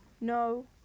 No